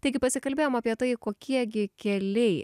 taigi pasikalbėjom apie tai kokie gi keliai